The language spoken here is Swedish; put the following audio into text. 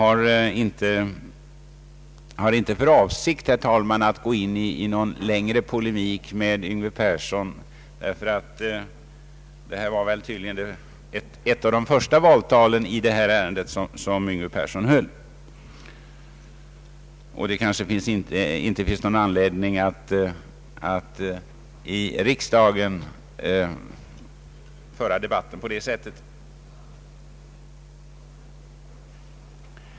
Jag har inte för avsikt att gå in i någon längre polemik med herr Yngve Persson, som tydligen höll ett av de första valtalen i detta ärende. Det kanske inte finns någon anledning att i riksdagen föra debatten på det sättet.